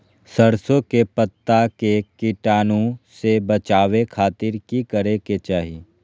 सरसों के पत्ता के कीटाणु से बचावे खातिर की करे के चाही?